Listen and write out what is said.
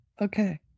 Okay